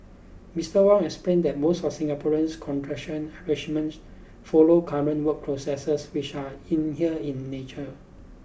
Mister Wong explained that most of Singaporean's contractual arrangements follow current work processes which are in here in nature